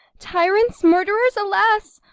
tyrants, murderers! alas!